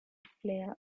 player